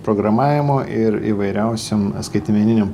programavimo ir įvairiausiom skaitmeninių